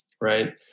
right